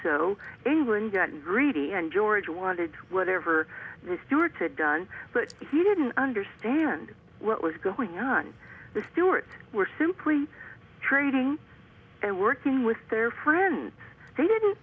so england greedy and george wanted whatever stewart had done but he didn't understand what was going on the stewards were simply trading and working with their friends they didn't